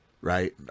right